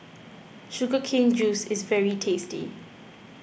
Sugar Cane Juice is very tasty